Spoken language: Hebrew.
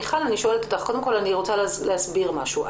אני רוצה להסביר משהו.